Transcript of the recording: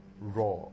raw